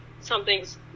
something's